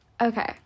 okay